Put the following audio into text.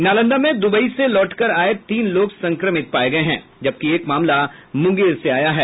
नालंदा में दुबई से लौट कर आए तीन लोग संक्रमित पाए गए हैं जबकि एक मामला मुंगेर से आया है